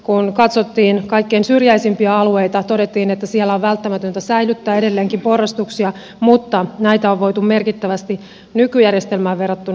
kun katsottiin kaikkein syrjäisimpiä alueita todettiin että siellä on välttämätöntä säilyttää edelleenkin porrastuksia mutta näitä on voitu merkittävästi nykyjärjestelmään verrattuna vähentää